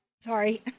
Sorry